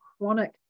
chronic